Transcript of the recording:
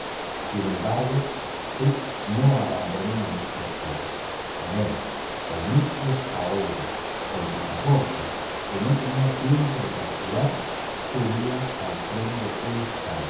sin embargo fix no abandonó a mister fogg con él con mistress aouida con picaporte que no tenía tiempo de respirar subía al tren de